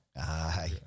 Aye